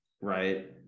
right